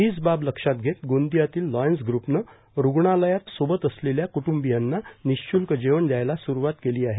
हिच बाब लक्षात घेत गोंदियातील लॉयन्स ग्रुपनं रुग्णालयात रुग्णांच्या सोबत आलेल्या क्टूंबियांना निशुल्क जेवण द्यायाला स्रवात केली आहे